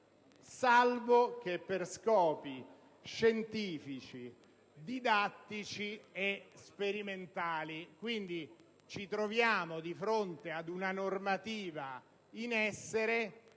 salvo che per scopi scientifici, didattici e sperimentali. Quindi, ci troviamo di fronte ad una normativa in essere